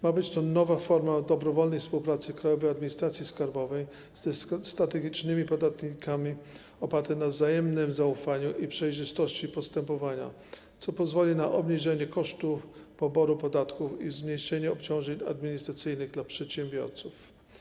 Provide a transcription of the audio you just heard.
Ma być to nowa forma dobrowolnej współpracy Krajowej Administracji Skarbowej ze strategicznymi podatnikami oparty na wzajemnym zaufaniu i przejrzystości postępowania, co pozwoli na obniżenie kosztu poboru podatków i zmniejszenie obciążeń administracyjnych dla przedsiębiorców.